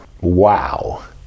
Wow